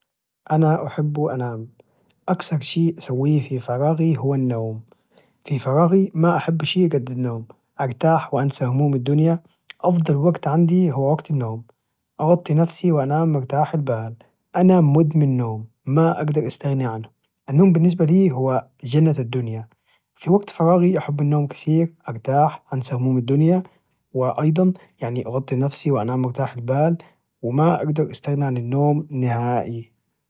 أنا أحب انام أكثر شيء أسويه في فراغي هو النوم، في فراغي ما أحب شي قد النوم أرتاح وأنسى هموم الدنيا أفضل وقت عندي هو وقت النوم أغطي نفسي وأنام مرتاح البال، أنا مدمن النوم ما أجدر استغنى عنه، النوم بالنسبة لي هو جنة الدنيا، في وقت فراغي أحب النوم كثير أرتاح وأنسى هموم الدنيا، وأيضا يعني أغطي نفسي وأنام مرتاح البال وما أجدر استغنى عن النوم نهائي.